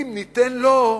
אם ניתן לו,